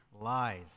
lies